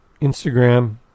instagram